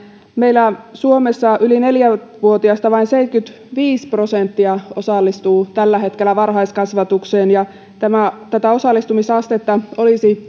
meillä suomessa yli neljä vuotiaista vain seitsemänkymmentäviisi prosenttia osallistuu tällä hetkellä varhaiskasvatukseen ja tätä osallistumisastetta olisi